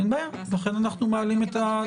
אין בעיה, לכן אנחנו מעלים את זה.